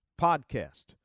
podcast